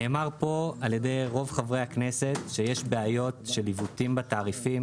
נאמר פה על ידי רוב חברי הכנסת שיש עיוותים בתעריפים,